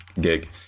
gig